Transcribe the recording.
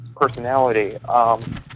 personality